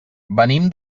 venim